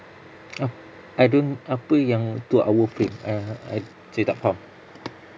!huh! I don't apa yang two hour frame err saya tak faham